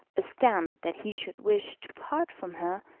astounded that he should wish to part from her,